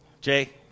Jay